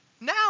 Now